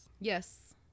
Yes